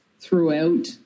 throughout